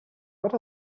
but